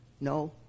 No